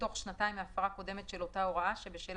בתוך שנתיים מהפרה קודמת של אותה הוראה שבשלה